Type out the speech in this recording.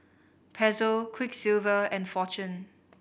Pezzo Quiksilver and Fortune